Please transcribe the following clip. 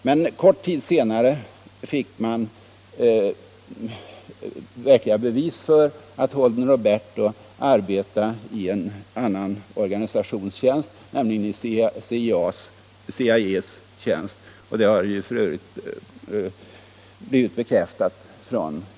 Men kort tid senare fick man verkliga bevis för att Holden Roberto arbetade i en annan organisations tjänst, nämligen CIA:s tjänst, och OAU upphävde sitt tidigare erkännande.